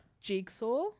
Jigsaw